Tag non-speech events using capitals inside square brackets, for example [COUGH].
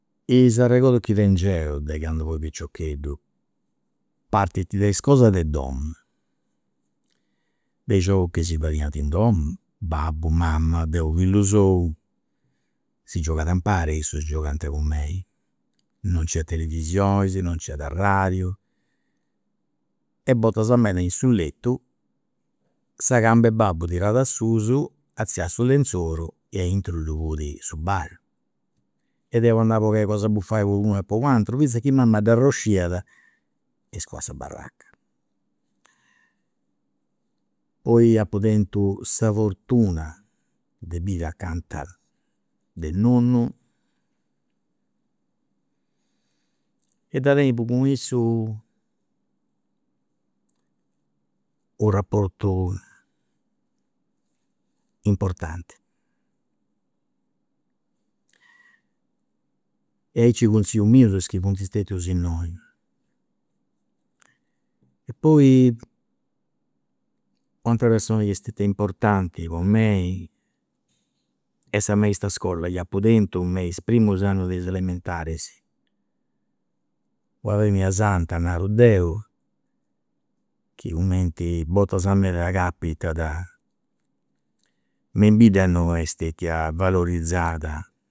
Is arregordus chi tengiu deu de candu fui piciocheddu partint de is cosas de domu, de is giogus chi si fadiant in domu, babbu mama deu fillu solu, si giogat impari, issus giogant cun mei, non c'est televisioni, non c'est arradiu, e bortas meda in su lettu, sa gamb'e babbu tirat a susu, arziat su lenzolu e aintru ddoi fut su bar, [HESITATION] e deu andà a pigai a bufai po unu e po un ateru finzas a chi mama dd'arrosciat e scuarrat sa barracca. [HESITATION] poi apu tentu sa fortuna de bivi acanta de nonnu e de tenni cun issu unu rapportu < [HESITATION] importanti, e aici cun tzius mius is chi funt stetius innoi, e poi u' atera persona chi est stetia importanti po mei est sa maista de iscola chi apu tentu me is primus annus de is elementaris. [HESITATION] una femina santa, naru deu, chi cumenti bortas medas capitada me in bidda non est stetia valorizzada